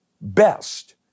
best